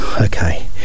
Okay